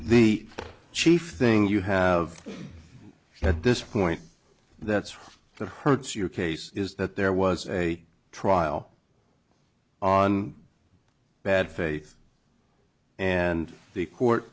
the chief thing you have at this point that's that hurts your case is that there was a trial on bad faith and the court